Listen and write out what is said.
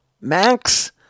max